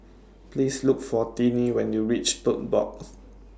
Please Look For Tinie when YOU REACH Tote Board